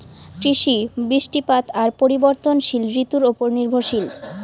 কৃষি, বৃষ্টিপাত আর পরিবর্তনশীল ঋতুর উপর নির্ভরশীল